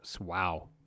wow